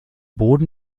boden